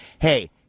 hey